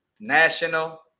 National